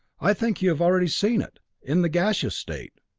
i think you have already seen it in the gaseous state.